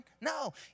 No